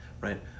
right